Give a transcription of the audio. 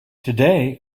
today